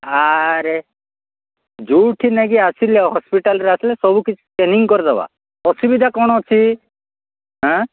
ଆରେ ଯୋଉଠି ନାଇ କି ଆସିଲେ ହସ୍ପିଟାଲ୍ରେ ଆସିଲେ ସବୁ କିଛି ଟ୍ରେନିଂ କରିଦେବା ଅସୁବିଧା କ'ଣ ଅଛି ଏଁ